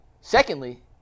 Secondly